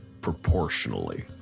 proportionally